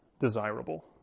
desirable